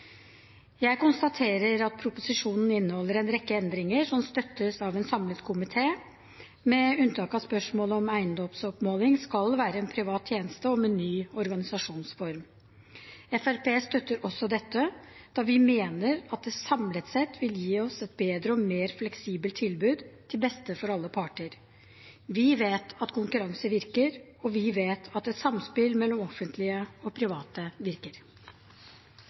Jeg konstaterer at proposisjonen inneholder en rekke endringer som støttes av en samlet komité, med unntak av spørsmålet om eiendomsoppmåling skal være en privat tjeneste og med ny organisasjonsform. Fremskrittspartiet støtter også dette, da vi mener at det samlet sett vil gi oss et bedre og mer fleksibelt tilbud til beste for alle parter. Vi vet at konkurranse virker, og vi vet at et samspill mellom offentlige og private virker.